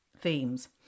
themes